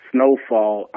Snowfall